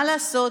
מה לעשות,